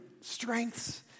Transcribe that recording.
strengths